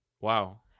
Wow